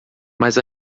mas